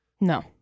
No